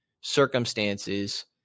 circumstances